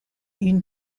une